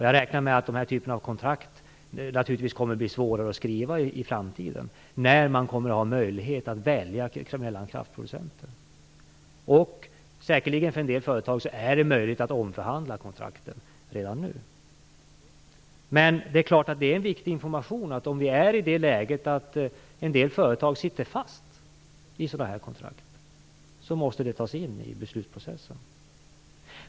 Jag räknar med att det kommer att bli svårare att skriva den här typen av kontrakt i framtiden, när man kommer att ha möjlighet att välja mellan olika kraftproducenter. För en del företag är det säkerligen möjligt att omförhandla kontrakten redan nu. Men det är klart att om läget är att en del företag sitter fast med sådana här kontrakt, måste det tas in i beslutsprocessen.